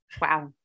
Wow